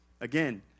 Again